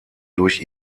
durch